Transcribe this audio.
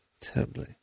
terribly